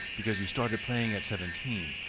because you started playing at seventeen,